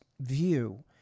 view